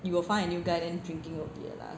you will find a new guy then drinking will be the last